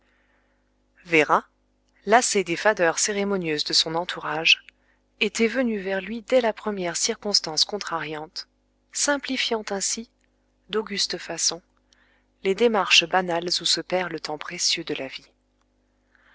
véra lassée des fadeurs cérémonieuses de son entourage était venue vers lui dès la première circonstance contrariante simplifiant ainsi d'auguste façon les démarches banales où se perd le temps précieux de la vie